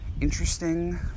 interesting